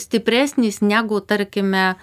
stipresnis negu tarkime